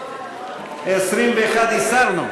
21 הסרנו?